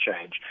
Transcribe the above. change